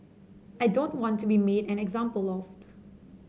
I don't want to be made an example of